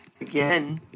again